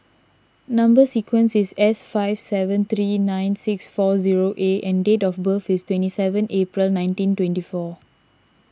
Number Sequence is S five seven three nine six four zero A and date of birth is twenty seven April nineteen twenty four